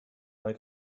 neu